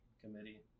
committee